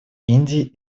индии